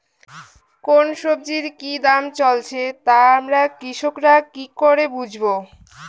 কোন সব্জির কি দাম চলছে তা আমরা কৃষক রা কি করে বুঝবো?